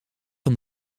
van